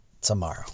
tomorrow